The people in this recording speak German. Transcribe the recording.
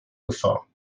gefahr